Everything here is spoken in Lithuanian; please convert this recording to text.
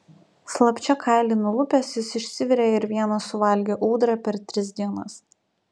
slapčia kailį nulupęs jis išsivirė ir vienas suvalgė ūdrą per tris dienas